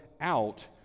out